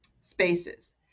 spaces